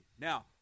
now